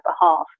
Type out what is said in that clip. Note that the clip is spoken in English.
behalf